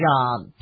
jobs